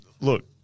Look